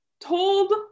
told